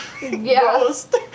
Ghost